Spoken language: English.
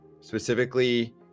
specifically